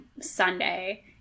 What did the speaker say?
Sunday